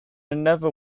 another